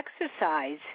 exercise